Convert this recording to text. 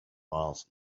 miles